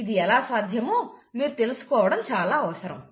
ఇది ఎలా సాధ్యమో మీరు తెలుసుకోవడం చాలా అవసరం